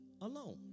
alone